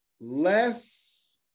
less